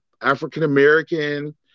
african-american